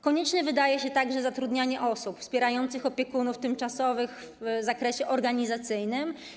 Konieczne wydaje się także zatrudnianie osób wspierających opiekunów tymczasowych w zakresie organizacyjnym.